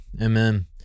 Amen